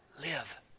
Live